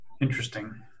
interesting